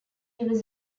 was